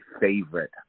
favorite